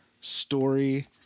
story